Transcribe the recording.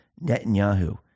Netanyahu